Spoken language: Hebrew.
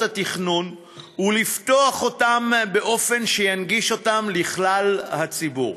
התכנון ולפתוח אותן באופן שינגיש אותן לכלל הציבור.